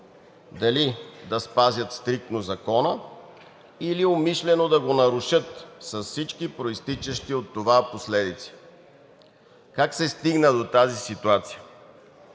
дали да спазят стриктно закона, или умишлено да го нарушат с всички произтичащи от това последици. Как се стигна до тази ситуация?